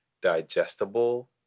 digestible